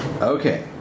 Okay